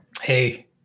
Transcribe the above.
Hey